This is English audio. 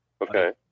Okay